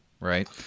right